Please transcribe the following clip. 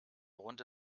runde